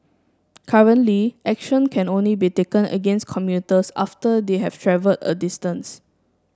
currently action can only be taken against commuters after they have travelled a distance